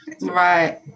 Right